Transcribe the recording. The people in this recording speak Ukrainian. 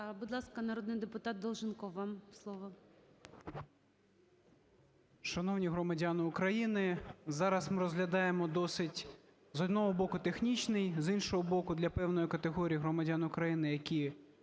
Будь ласка, народний депутат Долженков. Вам слово.